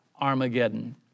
Armageddon